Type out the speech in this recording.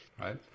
right